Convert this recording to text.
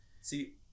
see